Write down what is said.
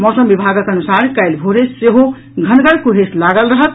मौसम विभागक अनुसार काल्हि भोरे सेहो घनगर कुहेस लागल रहत